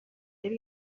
yari